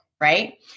right